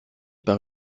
par